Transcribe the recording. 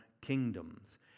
kingdoms